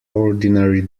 ordinary